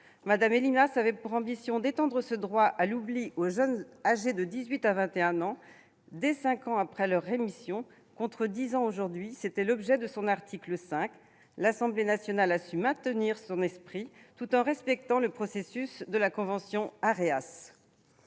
Mme Elimas avait pour ambition d'étendre ce droit à l'oubli aux jeunes âgés de dix-huit à vingt et un ans, dès cinq ans après leur rémission, contre dix ans aujourd'hui. C'était l'objet de l'article 5. L'Assemblée nationale a su maintenir son esprit, tout en respectant le processus de la convention AERAS.